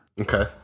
okay